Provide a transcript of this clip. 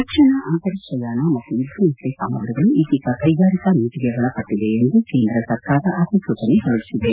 ರಕ್ಷಣಾ ಅಂತರಿಕ್ಷಯಾನ ಮತ್ತು ಯುದ್ದನೌಕೆ ಸಾಮಾಗ್ರಿಗಳು ಇದೀಗ ಕೈಗಾರಿಕಾ ನೀತಿಗೆ ಒಳಪಟ್ಟವೆ ಎಂದು ಕೇಂದ್ರ ಸರ್ಕಾರ ಅಧಿಸೂಚನೆ ಹೊರಡಿಸಿದೆ